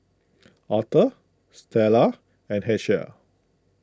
Authur Stella and Hershel